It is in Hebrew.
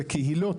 וקהילות.